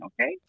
Okay